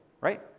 right